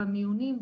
במיונים,